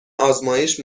آزمایش